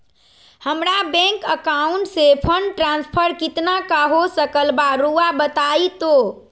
हमरा bank account से fund transfer कितना का हो सकल बा रुआ बताई तो?